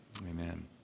amen